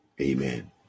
Amen